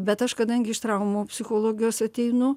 bet aš kadangi iš traumų psichologijos ateinu